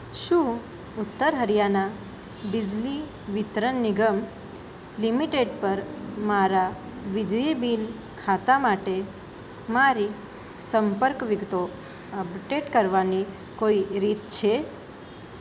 શું ઉત્તર હરિયાના બિજલી વિતરણ નિગમ લિમિટેડ પર મારા વીજળી બિલ ખાતા માટે મારી સંપર્ક વિગતો અપડેટ કરવાની કોઈ રીત છે